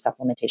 supplementation